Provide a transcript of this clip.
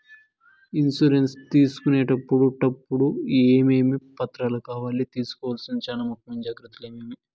Insurance తీసుకునేటప్పుడు టప్పుడు ఏమేమి పత్రాలు కావాలి? తీసుకోవాల్సిన చానా ముఖ్యమైన జాగ్రత్తలు ఏమేమి?